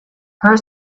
her